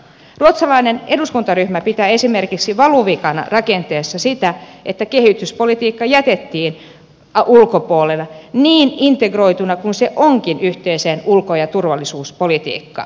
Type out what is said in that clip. ruotsalainen eduskuntaryhmä pitää esimerkiksi valuvikana rakenteessa sitä että kehityspolitiikka jätettiin ulkopuolelle niin integroituna kuin se onkin yhteiseen ulko ja turvallisuuspolitiikkaan